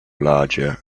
larger